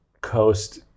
coast